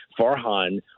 Farhan